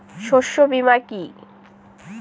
শস্য বীমা কি?